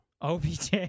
OBJ